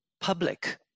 public